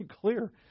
clear